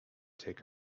take